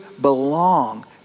belong